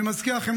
אני מזכיר לכם,